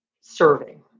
serving